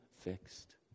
fixed